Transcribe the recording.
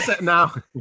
Now